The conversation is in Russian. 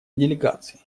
делегаций